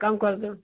कम कर दो